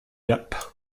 gap